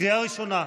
קריאה ראשונה.